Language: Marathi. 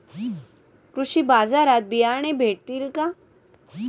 कृषी बाजारात बियाणे भेटतील का?